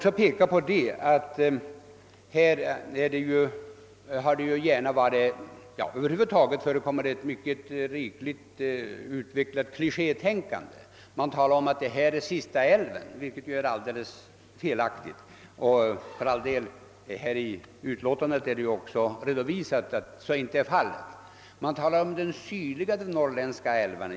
Tyvärr förekommer här ett mycket utvecklat klichétänkande. Det sägs att detta är den sista outbyggda älven, vilket är alldeles felaktigt. I utskottsutlåtandet redovisas också att så inte är fallet. Det talas om att det är den sydligaste av de norrländska outbyggda älvarna.